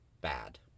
bad